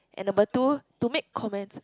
and number two to make comments